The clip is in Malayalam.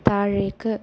താഴേക്ക്